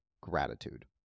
gratitude